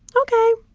ok,